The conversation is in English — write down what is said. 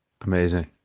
Amazing